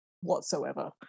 whatsoever